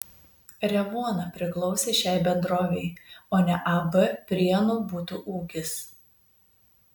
revuona priklausė šiai bendrovei o ne ab prienų butų ūkis